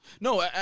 No